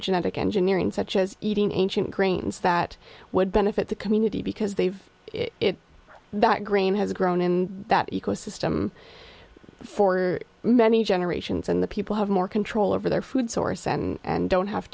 genetic engineering such as eating ancient grains that would benefit the community because they've it that grain has grown in that ecosystem for many generations and the people have more control over their food source and don't have